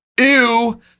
Ew